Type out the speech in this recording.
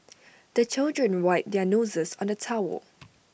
the children wipe their noses on the towel